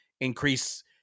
increase